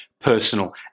personal